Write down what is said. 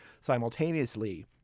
simultaneously